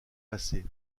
passés